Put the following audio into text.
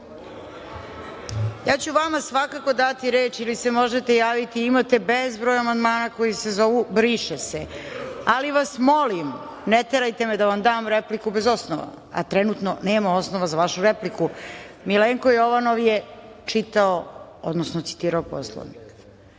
ću vama svakako dati reč i vi se možete javiti imate bezbroj amandmana koji se zovu - briše se, ali vas molim, ne terajte me da vam dam repliku bez osnova, a trenutno nema osnova za vašu repliku. Milenko Jovanov je čitao, odnosno citirao Poslovnik. Na